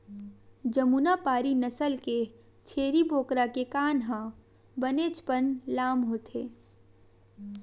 जमुनापारी नसल के छेरी बोकरा के कान ह बनेचपन लाम होथे